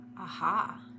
aha